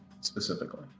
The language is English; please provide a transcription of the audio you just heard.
specifically